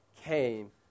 came